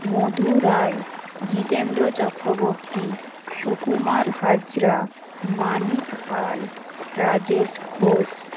Madhu Roy Jitendra Chakraborty Sukumar Hazra Manik Pal Rajesh Ghosh